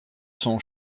son